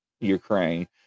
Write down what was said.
Ukraine